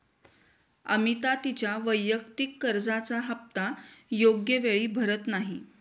अमिता तिच्या वैयक्तिक कर्जाचा हप्ता योग्य वेळी भरत नाही